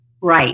right